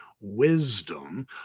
wisdom